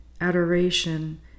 adoration